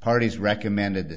parties recommended the